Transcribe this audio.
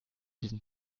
diesen